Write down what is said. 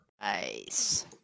Nice